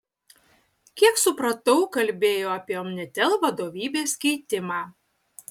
kiek supratau kalbėjo apie omnitel vadovybės keitimą